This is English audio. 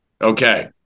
Okay